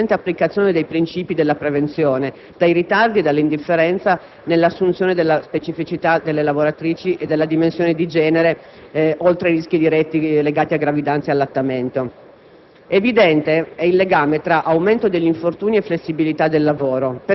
dipendono, ancora, da illegalità e criminalità organizzata, ma anche da un'insufficiente applicazione dei princìpi della prevenzione, dai ritardi, dall'indifferenza nell'assunzione della specificità delle lavoratrici e della dimensione di genere oltre ai rischi diretti legati a gravidanze e allattamento.